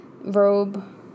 robe